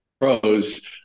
Pros